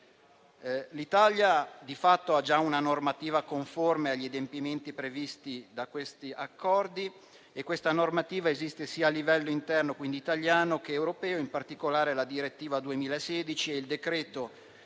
fatto, ha già una normativa conforme agli adempimenti previsti da questi accordi e questa normativa esiste sia a livello interno (quindi italiano) che europeo; in particolare, la direttiva n. 2284 del 2016 e il decreto